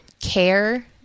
care